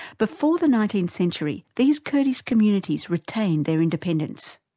before the nineteenth century, these kurdish communities retained their independence.